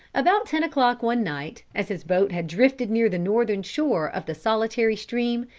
about ten o'clock one night, as his boat had drifted near the northern shore of the solitary stream,